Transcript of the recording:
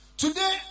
today